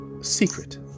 secret